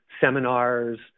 seminars